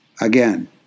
Again